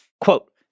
quote